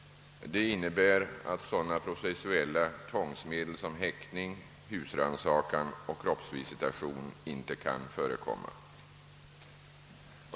Det innebär att sådana processuella tvångsmedel som häktning, husrannsakan och kroppsvisitation inte kan förekomma.